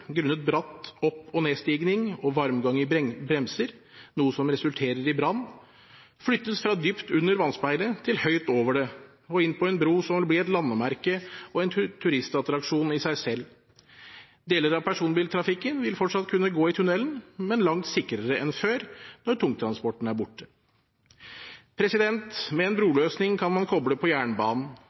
grunnet bratt opp- og nedstigning og varmgang i bremser, noe som resulterer i brann, flyttes fra dypt under vannspeilet til høyt over det, og inn på en bro som vil bli et landemerke og en turistattraksjon i seg selv. Deler av personbiltrafikken vil fortsatt kunne gå i tunnelen, men langt sikrere enn før, når tungtransporten er borte. Med en broløsning kan man koble på jernbanen